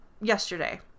yesterday